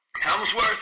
Helmsworth